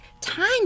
time